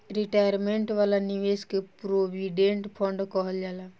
retirement वाला निवेश के प्रोविडेंट फण्ड कहल जाला